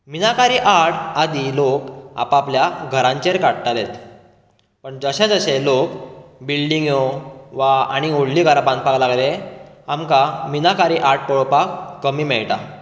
meenakari art आदी लोक आप आपल्या घरांचेर काडटाले पण जशें जशें लोक बिल्डींगो वा आनीक आनीक व्होडली घरां बांदपाक लागले आमकां मिनाकारी आर्ट पळोवपाक कमी मेळटा